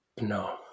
No